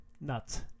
Nuts